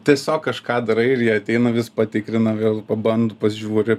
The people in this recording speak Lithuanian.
tiesiog kažką darai ir jie ateina vis patikrina vėl paband pažiūri